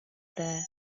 there